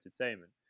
entertainment